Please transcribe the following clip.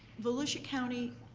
volusia county